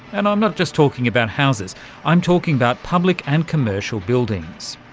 and i'm not just talking about houses, i'm talking about public and commercial buildings.